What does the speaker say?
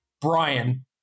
Brian